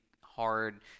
hard